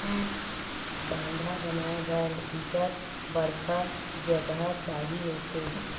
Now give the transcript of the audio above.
बांधा बनाय बर बिकट बड़का जघा चाही होथे